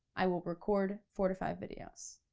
i will record four to five videos.